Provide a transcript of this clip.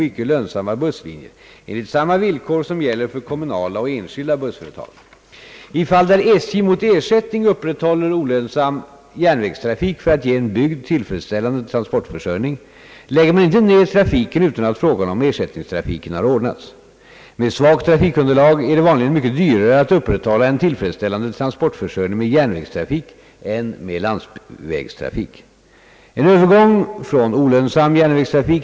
Med hänvisning till det ovan anförda anhåller jag om kammarens tillstånd att till statsrådet och chefen för kommunikationsdepartementet få ställa följande frågor: a. Anser statsrådet att en samordning av skilda trafikföretags dispositioner bör ske för att eventuella organisatoriska förändringar icke skall leda till en standardsänkning för den berörda befolkningen? b.